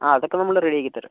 ആ അതൊക്കെ നമ്മൾ റെഡി ആക്കി തരാം